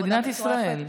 של מדינת ישראל.